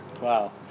Wow